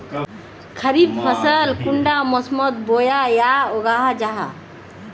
खरीफ फसल कुंडा मोसमोत बोई या उगाहा जाहा?